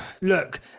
look